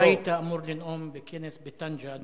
אתה היית אמור לנאום בכנס בטנג'ה על היוזמה הערבית.